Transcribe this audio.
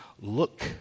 look